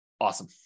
Awesome